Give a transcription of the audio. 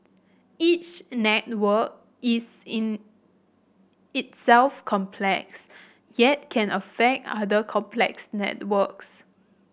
each network is in itself complex yet can affect other complex networks